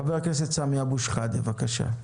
חבר הכנסת סמי אבו שחאדה בבקשה.